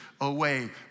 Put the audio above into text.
away